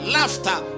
Laughter